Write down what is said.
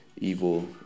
evil